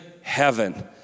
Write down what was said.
heaven